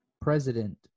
President